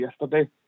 yesterday